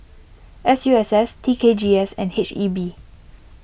S U S S T K G S and H E B